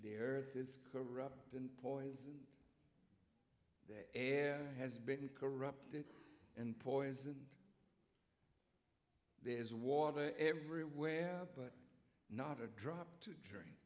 the earth is corrupt and poison the air has been corrupted and poisoned there is water everywhere but not a drop to